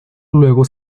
luego